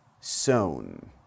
sown